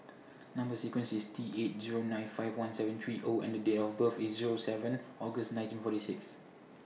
Number sequence IS T eight Zero nine five one seven three O and Date of birth IS Zero seven August nineteen forty six